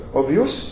obvious